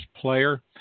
Player